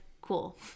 cool